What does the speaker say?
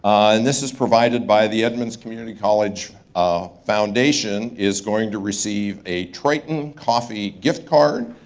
and this is provided by the edmonds community college ah foundation is going to receive a triton coffee gift card,